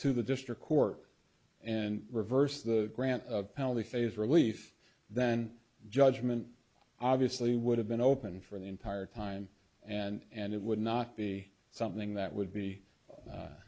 to the district court and reverse the grant of penalty phase relief then judgment obviously would have been open for the entire time and it would not be something that would be